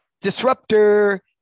disruptor